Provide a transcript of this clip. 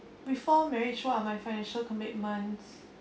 before marriage what are my financial commitments